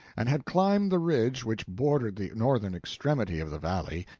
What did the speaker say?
and had climbed the ridge which bordered the northern extremity of the valley,